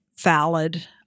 valid